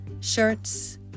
shirts